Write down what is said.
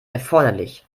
erforderlich